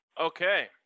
okay